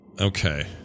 Okay